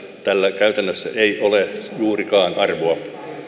tällä käytännössä ei ole juurikaan arvoa